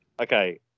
Okay